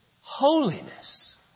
holiness